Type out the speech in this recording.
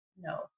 no